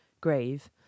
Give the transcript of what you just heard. grave